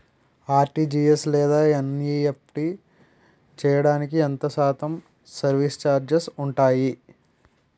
RTGS లేదా NEFT చేయడానికి ఎంత శాతం సర్విస్ ఛార్జీలు ఉంటాయి?